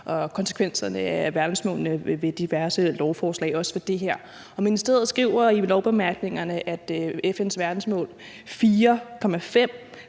og konsekvenserne af verdensmålene ved diverse lovforslag og også ved det her. Ministeriet skriver i lovbemærkningerne, at FN's verdensmål 4.5